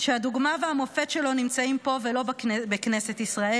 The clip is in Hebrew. שהדוגמה והמופת שלו נמצאים פה, ולא בכנסת ישראל.